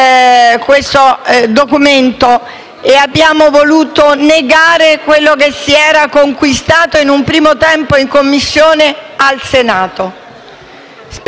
il documento e abbiamo voluto negare quello che si era conquistato in un primo tempo in Commissione al Senato. Spero